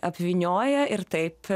apvynioja ir taip